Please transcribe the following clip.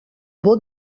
vot